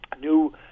new